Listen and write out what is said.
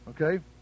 Okay